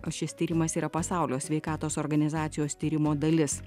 o šis tyrimas yra pasaulio sveikatos organizacijos tyrimo dalis